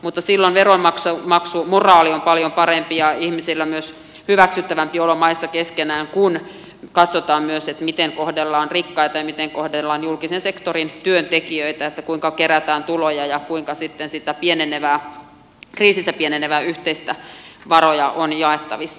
mutta silloin veronmaksumoraali on paljon parempi ja ihmisillä myös hyväksyttävämpi olo maissa keskenään kun katsotaan myös miten kohdellaan rikkaita ja miten kohdellaan julkisen sektorin työntekijöitä kuinka kerätään tuloja ja kuinka sitten sitä kriisissä pieneneviä yhteisiä varoja on jaettavissa